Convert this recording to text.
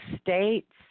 states